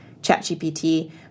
ChatGPT